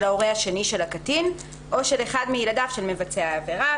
ההורה השני של הקטין או של אחד מילדיו של מבצע העבירה".